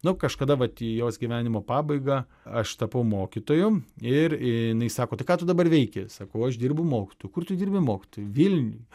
nu kažkada vat į jos gyvenimo pabaigą aš tapau mokytoju ir jinai sako tai ką tu dabar veiki sakau aš dirbu mokytoju kur tu dirbi mokytoju vilniuj